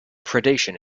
predation